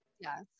yes